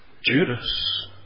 Judas